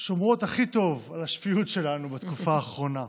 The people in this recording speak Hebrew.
שומרות הכי טוב על השפיות שלנו בתקופה האחרונה.